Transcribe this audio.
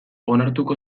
onartuko